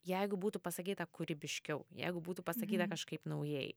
jeigu būtų pasakyta kūrybiškiau jeigu būtų pasakyta kažkaip naujai